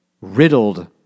riddled